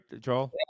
Joel